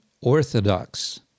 Orthodox